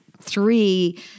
three